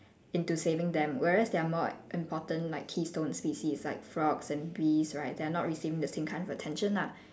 into saving them whereas there are more important like keystone species like frogs and bees right they are not receiving the same kind of attention lah